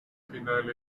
final